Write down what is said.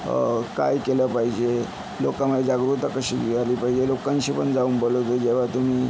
काय केलं पाहिजे लोकांमध्ये जागरूकता कशी आली पाहिजे लोकांशी पण जाऊन बोललं पाहिजे जेव्हा तुम्ही